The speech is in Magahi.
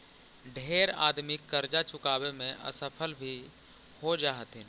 ढेर आदमी करजा चुकाबे में असफल भी हो जा हथिन